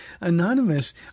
Anonymous